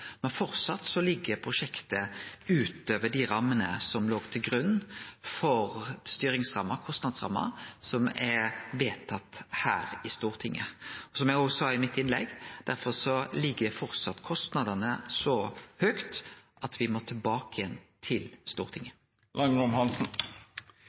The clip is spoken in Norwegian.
ligg prosjektet utover dei rammene som låg til grunn for styringsramma – kostnadsramma – som er vedtatt her i Stortinget. Som eg sa i mitt innlegg, ligg derfor kostnadane framleis så høgt at me må tilbake igjen til